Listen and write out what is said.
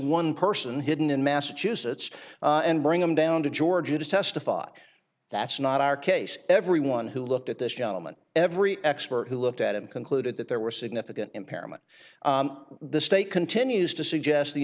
one person hidden in massachusetts and bring them down to georgia to testify that's not our case everyone who looked at this gentleman every expert who looked at him concluded that there were significant impairment the state continues to suggest the